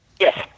Yes